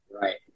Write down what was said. Right